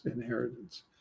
inheritance